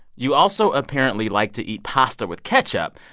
you also apparently like to eat pasta with ketchup,